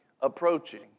approaching